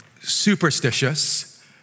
superstitious